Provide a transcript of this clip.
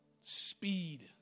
speed